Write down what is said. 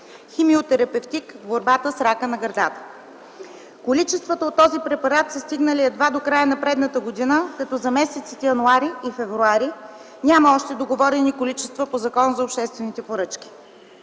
химиотерапевтик в борбата с рака на гърдата. Количествата от този препарат са стигнали едва до края на предната година, като за месеците януари и февруари няма още договорени количества по Закона за обществените поръчки.